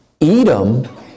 Edom